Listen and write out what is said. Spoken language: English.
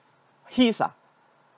heist ah